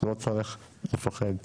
לא צריך לפחד מתכתיבים.